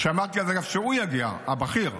שמעתי, אגב, שהוא יגיע, הבכיר,